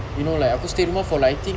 you know like aku stay rumah for like I think